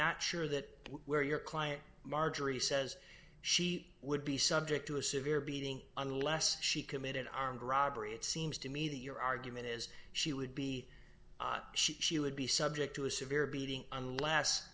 not sure that where your client marjorie says she would be subject to a severe beating unless she committed armed robbery it seems to me that your argument is she would be she would be subject to a severe beating unless